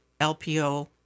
LPO